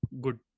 good